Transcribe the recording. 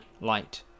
light